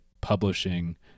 publishing